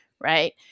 right